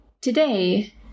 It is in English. today